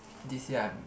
this year I